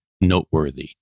noteworthy